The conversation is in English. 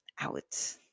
out